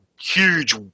huge